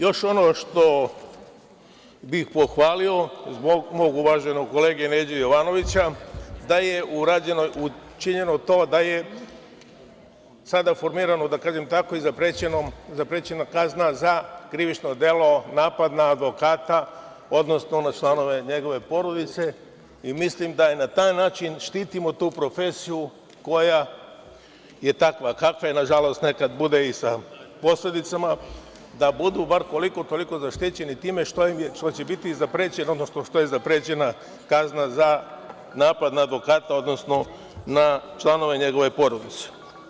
Još ono što bih pohvalio, zbog mog uvaženog kolege Neđe Jovanovića, da je učinjeno to da je sada formirano, da kažem tako, i zaprećena kazna za krivično delo - napad na advokata, odnosno na članove njegove porodice i mislim da na taj način štitimo tu profesiju koja je takva kakva je, nažalost, nekad bude i sa posledicama, da budu koliko toliko zaštićeni, time što će biti zaprećeno, odnosno što je zaprećena kazna za napad na advokata, odnosno na članove njegove porodice.